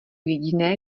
jediné